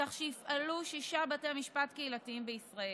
כך שיפעלו שישה בתי משפט קהילתיים בישראל,